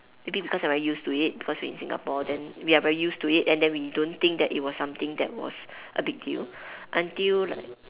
maybe because I'm very used to it because we in Singapore then we are very used to it and then we don't think that it was something that was a big deal until like